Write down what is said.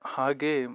ಹಾಗೆಯೇ